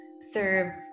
serve